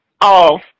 off